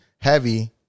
heavy